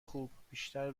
خوب، بیشتر